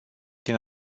din